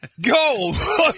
Go